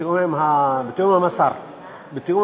התפיסה האתית והתפיסה המשפטית של כליאה